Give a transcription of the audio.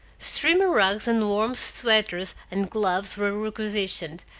steamer-rugs and warm sweaters and gloves were requisitioned,